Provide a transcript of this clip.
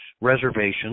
reservations